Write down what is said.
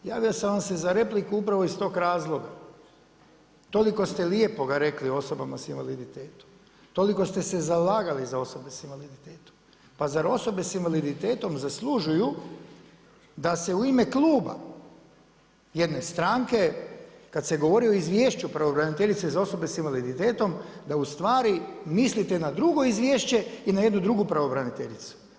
Javio sam vam se za repliku upravo iz tog razloga, toliko ste lijepoga rekli o osobama sa invaliditetom, toliko ste se zalagali za osobe sa invaliditetom, pa zar osobe sa invaliditetom zaslužuju da se u ime kluba jedne stranke kada se govori o Izvješću pravobraniteljice za osobe sa invaliditetom da ustvari mislite na drugo izvješće i na jednu drugu pravobraniteljicu.